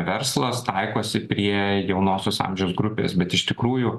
verslas taikosi prie jaunosios amžiaus grupės bet iš tikrųjų